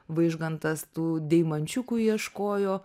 vaižgantas tų deimančiukų ieškojo